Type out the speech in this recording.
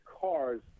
cars